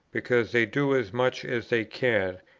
because they do as much as they can,